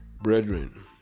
brethren